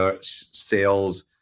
sales